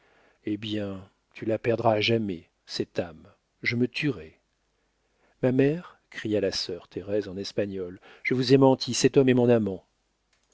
eh bien tu la perdras à jamais cette âme je me tuerai ma mère cria la sœur thérèse en espagnol je vous ai menti cet homme est mon amant